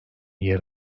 yer